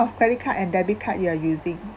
of credit card and debit card you are using